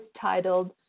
titled